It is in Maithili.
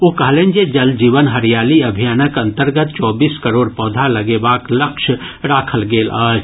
ओ कहलनि जे जल जीवन हरियाली अभियानक अंतर्गत चौबीस करोड़ पौधा लगेबाक लक्ष्य राखल गेल अछि